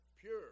pure